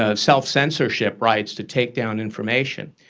ah self-censorship rights to take down information.